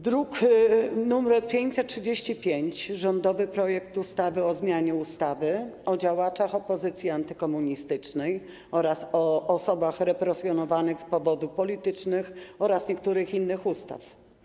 Druk nr 535, rządowy projekt ustawy o zmianie ustawy o działaczach opozycji antykomunistycznej oraz osobach represjonowanych z powodów politycznych oraz niektórych innych ustaw.